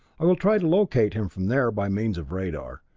i will try to locate him from there by means of radar,